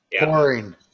Boring